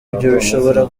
bishobora